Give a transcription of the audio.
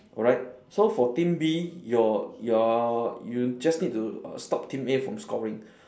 alright so for team B your your you just need err to stop team A from scoring